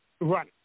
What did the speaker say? Right